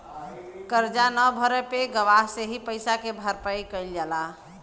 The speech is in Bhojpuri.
करजा न भरे पे गवाह से ही पइसा के भरपाई कईल जाला